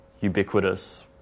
ubiquitous